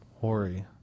Hori